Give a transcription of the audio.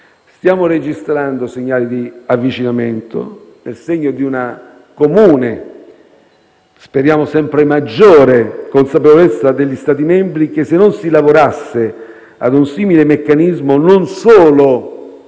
Stiamo registrando segnali di avvicinamento nel segno di una comune, speriamo sempre maggiore, consapevolezza degli Stati membri che se non si lavorasse ad un simile meccanismo non solo